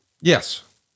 Yes